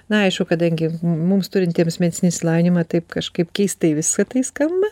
na aišku kadangi mums turintiems medicininį išsilavinimą taip kažkaip keistai visa tai skamba